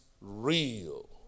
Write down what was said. real